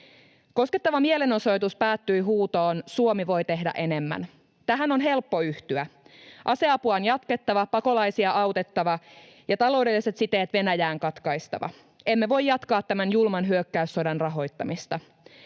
Koskettava mielenosoitus päättyi huutoon: ”Suomi voi tehdä enemmän”. Tähän on helppo yhtyä. Aseapua on jatkettava, pakolaisia autettava ja taloudelliset siteet Venäjään katkaistava. Emme voi jatkaa tämän julman hyökkäyssodan rahoittamista.